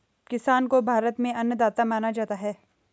किसान को भारत में अन्नदाता माना जाता है